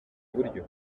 buryo